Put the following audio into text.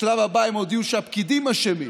השלב הבא: הם הודיעו שהפקידים אשמים,